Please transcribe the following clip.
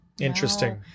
Interesting